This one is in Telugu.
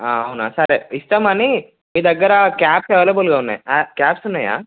అవునా సరే ఇస్తాం కానీ మీ దగ్గర క్యాప్స్ అవైలబుల్గా ఉన్నాయి క్యాప్స్ ఉన్నాయా